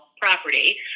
property